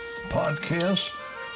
podcast